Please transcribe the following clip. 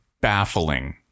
baffling